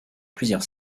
plusieurs